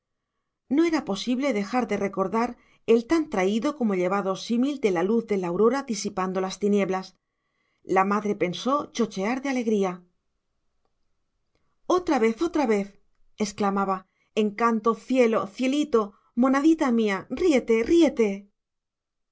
no era posible dejar de recordar el tan traído como llevado símil de la luz de la aurora disipando las tinieblas la madre pensó chochear de alegría otra vez otra vez exclamaba encanto cielo cielito monadita mía ríete ríete